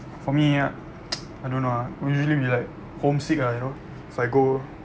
for me I don't know ah we usually we like homesick ah you know so I go